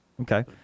Okay